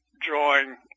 drawing